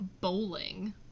Bowling